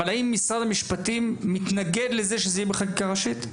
אבל האם משרד המשפטים מתנגד לזה שזה יהיה בחקיקה ראשית?